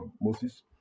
Moses